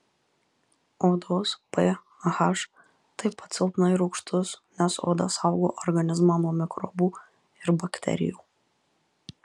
odos ph taip pat silpnai rūgštus nes oda saugo organizmą nuo mikrobų ir bakterijų